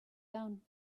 down